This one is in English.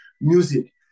music